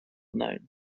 known